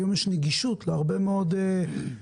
היום יש נגישות להרבה מאוד דברים.